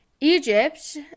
Egypt